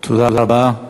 תודה רבה.